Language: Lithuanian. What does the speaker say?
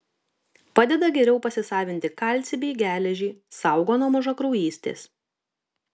padeda geriau pasisavinti kalcį bei geležį saugo nuo mažakraujystės